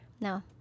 No